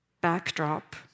backdrop